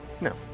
No